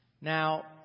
Now